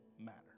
matter